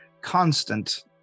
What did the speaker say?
constant